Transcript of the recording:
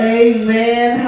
amen